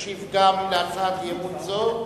ישיב גם להצעת אי-אמון זו,